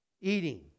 Eating